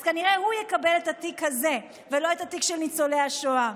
אז כנראה הוא יקבל את התיק הזה ולא את התיק של ניצולי השואה.